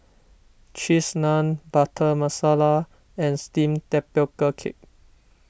Cheese Naan Butter Masala and Steamed Tapioca Cake